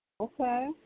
Okay